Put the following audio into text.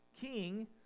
king